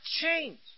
change